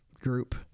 group